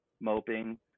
moping